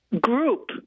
group